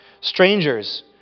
Strangers